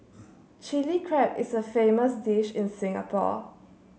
Chilli Crab is a famous dish in Singapore